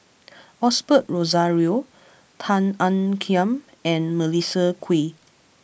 Osbert Rozario Tan Ean Kiam and Melissa Kwee